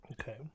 Okay